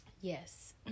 Yes